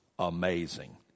amazing